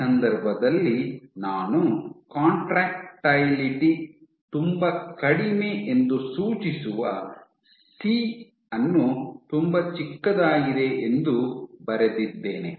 ಈ ಸಂದರ್ಭದಲ್ಲಿ ನಾನು ಕಾಂಟ್ರಾಕ್ಟಿಲಿಟಿ ತುಂಬಾ ಕಡಿಮೆ ಎಂದು ಸೂಚಿಸುವ ಸಿ ಅನ್ನು ತುಂಬಾ ಚಿಕ್ಕದಾಗಿದೆ ಎಂದು ಬರೆದಿದ್ದೇನೆ